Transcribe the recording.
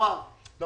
לא